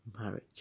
marriage